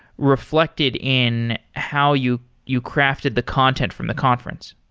reflected in how you you crafted the content from the conference?